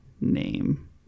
name